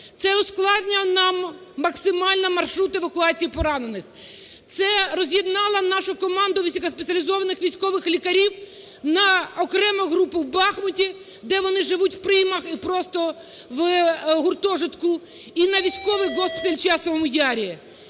Це ускладнює нам максимально маршрут евакуації поранених. Це роз'єднало нашу команду високоспеціалізованих військових лікарів на окрему групу в Бахмуті, де вони живуть в приймах просто в гуртожитку, і на військовий госпіталь в Часовому Ярі.